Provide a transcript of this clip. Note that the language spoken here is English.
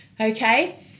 okay